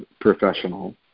professional